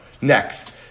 Next